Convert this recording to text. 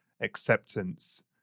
acceptance